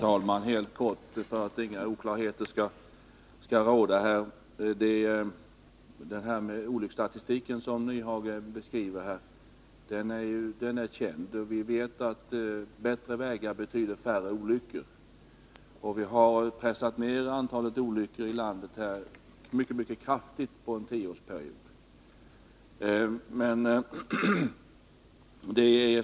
Herr talman! För att inga oklarheter skall råda vill jag tala om att den här olycksstatistiken är känd. Vi vet att bättre vägar betyder färre olyckor. Vi har under en tioårsperiod mycket kraftigt pressat ned antalet trafikolyckor i landet.